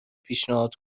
پیشنهاد